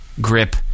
grip